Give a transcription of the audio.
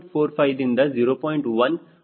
1 ವರೆಗೆ ಆಗಿರುತ್ತದೆ